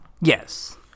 Yes